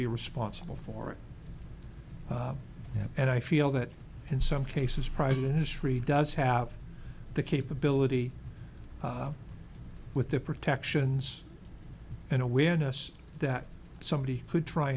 be responsible for it and i feel that in some cases private industry does have the capability with the protections in awareness that somebody could try